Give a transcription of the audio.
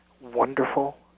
wonderful